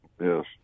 Yes